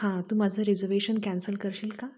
हां तू माझं रिजर्वेशन कॅन्सल करशील का